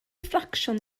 ffracsiwn